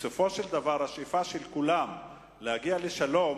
בסופו של דבר השאיפה של כולם היא להגיע לשלום